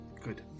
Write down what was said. Good